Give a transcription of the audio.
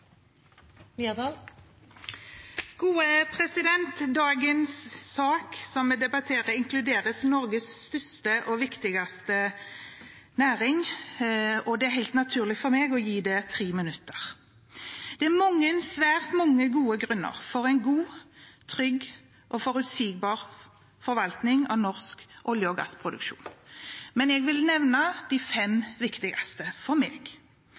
år framover. Dagens sak som vi debatterer, inkluderer Norges største og viktigste næring, og det er helt naturlig for meg å gi den tre minutter. Det er svært mange gode grunner for en god, trygg og forutsigbar forvaltning av norsk olje- og gassproduksjon, men jeg vil nevne de fem som er viktigst for meg.